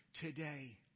today